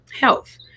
Health